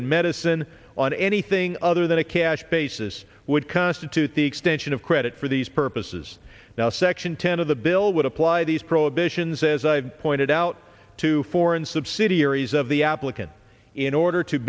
and medicine on anything other than a cash basis would constitute the extension of credit for these purposes now section ten of the bill would apply these prohibitions as i've pointed out to foreign subsidiaries of the applicant in order to